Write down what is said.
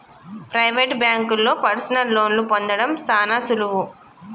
private బాంకుల్లో personal లోన్లు పొందడం సాన సులువు